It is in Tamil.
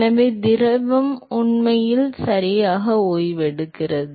எனவே திரவம் உண்மையில் சரியாக ஓய்வெடுக்கிறது